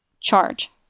Charge